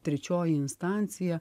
trečioji instancija